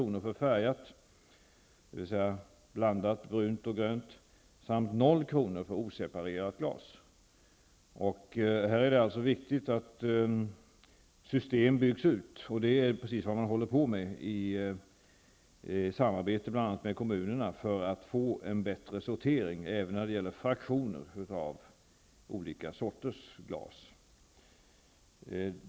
per ton för färgat glas, dvs. blandat brunt och grönt, samt 0 kr. för oseparerat glas. Här är det alltså viktigt att system byggs ut, och det är precis vad man håller på med i samarbete med bl.a. kommunerna, för att få en bättre sortering även när det gäller fraktioner av olika sorters glas.